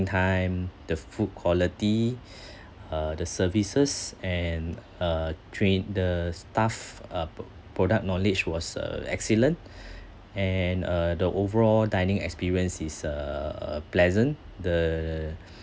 time the food quality uh the services and uh train the staff uh p~ product knowledge was uh excellent and uh the overall dining experience is uh pleasant the